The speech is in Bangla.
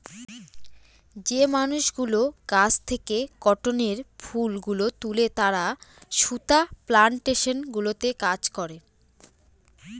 যে মানুষগুলো গাছ থেকে কটনের ফুল গুলো তুলে তারা সুতা প্লানটেশন গুলোতে কাজ করে